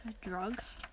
drugs